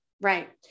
right